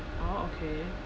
orh okay